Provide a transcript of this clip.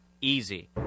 easy